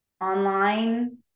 online